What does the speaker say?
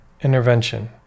intervention